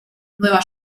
nueva